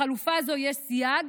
בחלופה זו יש סייג,